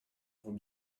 vaut